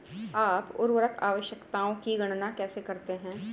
आप उर्वरक आवश्यकताओं की गणना कैसे करते हैं?